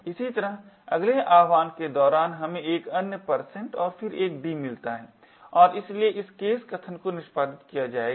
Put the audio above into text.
इसी तरह अगले आह्वान के दौरान हमें एक अन्य और फिर एक d मिलता है और इसलिए इस केस कथन को निष्पादित किया जाएगा